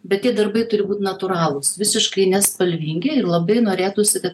bet tie darbai turi būt natūralūs visiškai nespalvingi ir labai norėtųsi kad